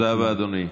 תודה רבה, אדוני.